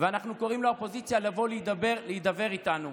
אנחנו קוראים לאופוזיציה לבוא להידבר איתנו,